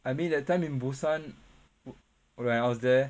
I mean that time in busan when I was there